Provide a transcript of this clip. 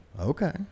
Okay